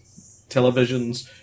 televisions